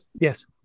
Yes